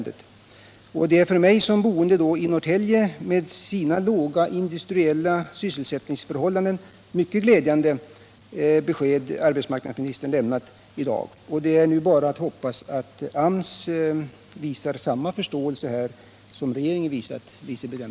Har statsrådet uppmärksammat effekterna av det minskade anslaget till polisväsendet för arrestantbevakning, och överväger statsrådet vidta åtgärder som syftar till att ge polisen tid för mer kvalificerade uppgifter?